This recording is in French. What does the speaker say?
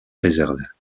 réserve